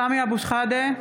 (קוראת בשמות חברי הכנסת) סמי אבו שחאדה,